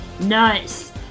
Nice